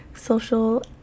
social